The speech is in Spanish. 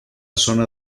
zona